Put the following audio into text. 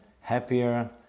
happier